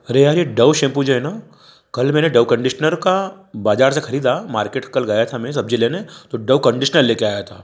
अरे यार ये डव शैम्पू जो है ना कल मैंने डव कंडीशनर का बाजार से खरीदा मार्केट कल गया था मैं सब्जी लेने तो डव कंडीशनर लेकर आया था